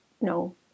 no